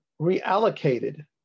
reallocated